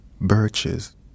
birches